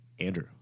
andrew